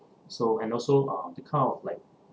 so and also uh to kind of like